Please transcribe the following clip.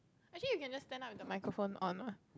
actually you can just stand up with the microphone on what